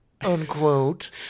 unquote